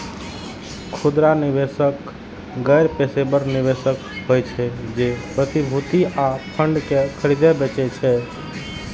खुदरा निवेशक गैर पेशेवर निवेशक होइ छै, जे प्रतिभूति आ फंड कें खरीदै बेचै छै